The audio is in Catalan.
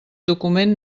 document